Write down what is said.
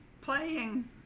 playing